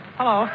hello